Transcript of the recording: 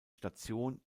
station